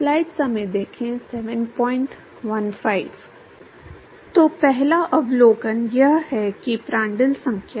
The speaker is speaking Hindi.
तो पहला अवलोकन यह है कि प्रांड्ल संख्या